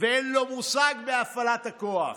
ואין לו מושג בהפעלת הכוח,